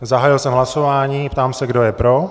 Zahájil jsem hlasování a ptám se, kdo je pro.